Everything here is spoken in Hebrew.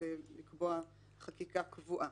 כדי לקבוע חקיקה קבועה,